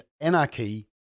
anarchy